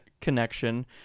connection